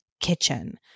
Kitchen